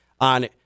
on